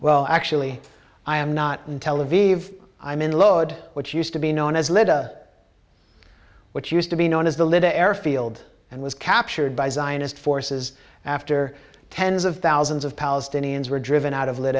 well actually i am not in tel aviv i'm in load which used to be known as linda which used to be known as the little airfield and was captured by zionist forces after tens of thousands of palestinians were driven out of li